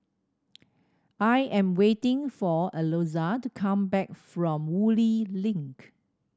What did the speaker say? I am waiting for Alonza to come back from Woodleigh Link